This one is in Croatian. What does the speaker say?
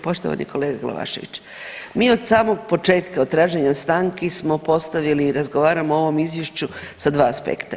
Poštovani kolega Glavašević, mi od samog početka od traženja stanki smo postavili i razgovaramo o ovom izvješću sa dva aspekta.